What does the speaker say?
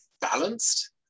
balanced